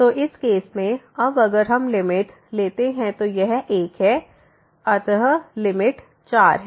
तो इस केस में अब अगर हम लिमिट लेते हैं तो यह 1 है अत यह लिमिट 4 है